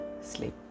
sleep